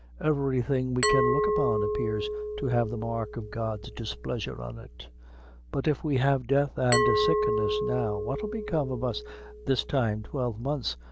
everything we can look upon appears to have the mark of god's displeasure on it but if we have death and sickness now, what'll become of us this time twelve months,